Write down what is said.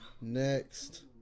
next